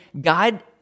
God